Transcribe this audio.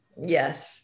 Yes